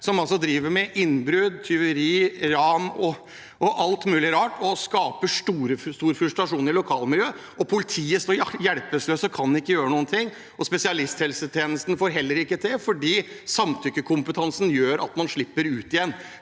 man driver med innbrudd, tyveri, ran og alt mulig rart og skaper stor frustrasjon i lokalmiljøet. Politiet står hjelpeløse og kan ikke gjøre noe. Spesialisthelsetjenesten får det heller ikke til, for samtykkekompetansen gjør at man slipper ut igjen.